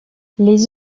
les